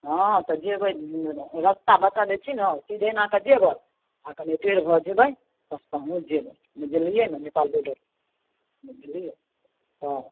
हँ तऽ जेबै रस्ता बता दै छी ने सीधे एना कऽ जेबै आ कनिये टेढ़ भऽ जेबै बस पहुँच जेबै बुझलियै ने नेपाल बोर्डर पर बुझलियै तऽ